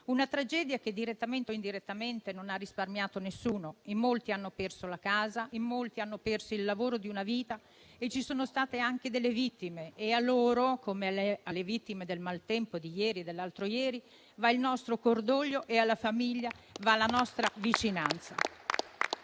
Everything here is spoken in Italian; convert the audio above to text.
Una tragedia che, direttamente o indirettamente, non ha risparmiato nessuno: in molti hanno perso la casa e il lavoro di una vita e ci sono state anche delle vittime. A loro, come alle vittime del maltempo di ieri e dell'altro ieri, va il nostro cordoglio e alle famiglie va la nostra vicinanza.